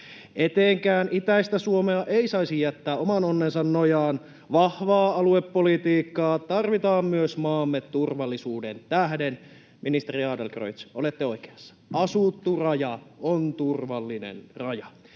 Etenkään itäistä Suomea ei saisi jättää oman onnensa nojaan. Vahvaa aluepolitiikkaa tarvitaan myös maamme turvallisuuden tähden. Ministeri Adlercreutz, olette oikeassa, asuttu raja on turvallinen raja.